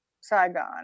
Saigon